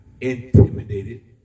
intimidated